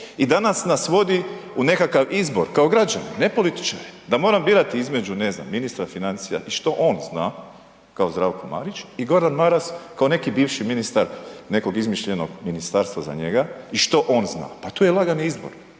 i danas nas vodi u nekakav izbor kao građane, ne političare. Da moram birati ne znam između ministra financija i što on zna kao Zdravko Marić i Gordan Maras kao neki bivši ministar nekog izmišljenog ministarstva za njega i što on zna, pa to je lagan izbor.